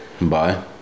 Bye